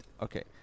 okay